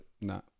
no